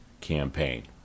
campaign